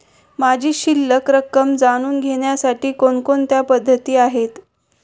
माझी शिल्लक रक्कम जाणून घेण्यासाठी कोणकोणत्या पद्धती आहेत?